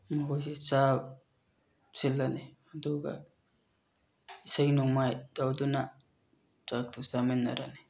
ꯃꯈꯣꯏꯁꯤ ꯆꯥꯛ ꯁꯤꯜꯂꯅꯤ ꯑꯗꯨꯒ ꯏꯁꯩ ꯅꯣꯡꯃꯥꯏ ꯇꯧꯗꯨꯅ ꯆꯥꯛꯇꯣ ꯆꯥꯃꯤꯟꯅꯔꯅꯤ